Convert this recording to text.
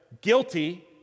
guilty